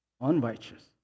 unrighteous